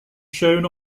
shown